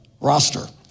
roster